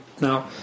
Now